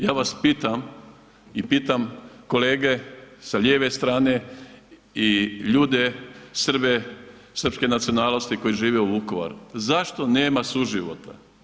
Ja vas pitam i pitam kolege sa lijeve strane i ljude Srbe, srpske nacionalnosti koji žive u Vukovaru, zašto nema suživota?